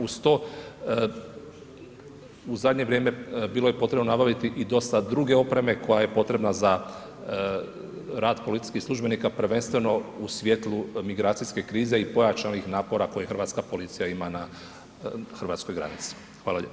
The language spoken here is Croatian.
Uz to u zdanje vrijeme bilo je potrebno nabaviti i dosta druge opreme koja je potrebna za rad policijskih službenika prvenstveno u svjetlu migracijske krize i pojačanih napora koje hrvatska policija ima na hrvatskoj granici.